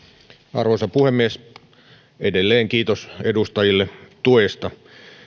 arvoisa puhemies edelleen kiitos edustajille tuesta